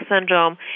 syndrome